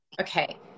okay